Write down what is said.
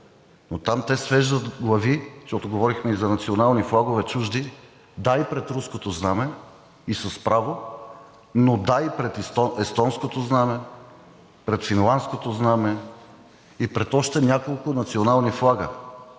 но там те свеждат глави, защото говорихме и за национални флагове, чужди – да, и пред руското знаме, и с право, но да, и пред естонското знаме, пред финландското знаме и пред още няколко национални флага.